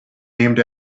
named